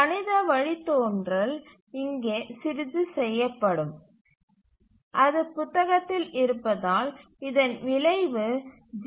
கணித வழித்தோன்றல் இங்கே சிறிது செய்யப்படும் அது புத்தகத்தில் இருப்பதால் இதன் விளைவு ஜி